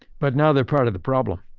but now, they're part of the problem.